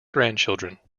grandchildren